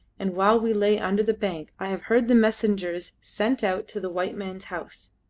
and while we lay under the bank i have heard the messengers sent out to the white men's house.